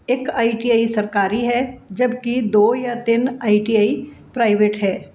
ਇੱਕ ਆਈਟੀਆਈ ਸਰਕਾਰੀ ਹੈ ਜਬਕੀ ਦੋ ਜਾਂ ਤਿੰਨ ਆਈਟੀਆਈ ਪ੍ਰਾਈਵੇਟ ਹੈ